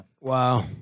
Wow